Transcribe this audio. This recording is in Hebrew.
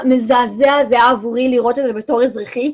מזעזע היה עבורי לראות את זה בתור אזרחית,